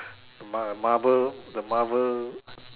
mar~ Marvel the Marvel